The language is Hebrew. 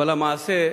אבל המעשה,